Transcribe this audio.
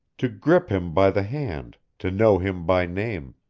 to grip him by the hand, to know him by name.